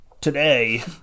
Today